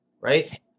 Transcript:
right